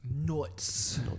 nuts